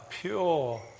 pure